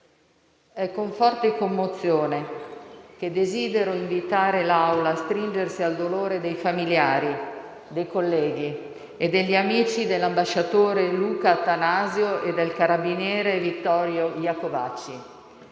è con forte commozione che desidero invitare l'Assemblea a stringersi al dolore di familiari, colleghi e amici dell'ambasciatore Luca Attanasio e del carabiniere Vittorio Iacovacci,